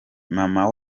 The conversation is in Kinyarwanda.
mama